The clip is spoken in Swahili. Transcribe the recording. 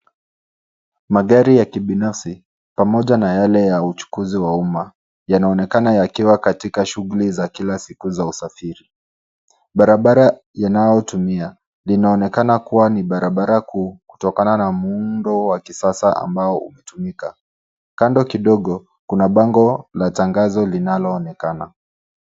Magari ya kibinafsi pamoja na yale ya uchukuzi wa umma yanaonekana yakiwa katika shughuli za kila siku za usafiri. Barabara inayotumia linaonekana kuwa ni barabara kuu kutokana na muundo wa kisasa ambao umetumika. Kando kidogo kuna bango la tangazo linaloonekana.